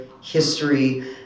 history